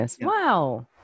Wow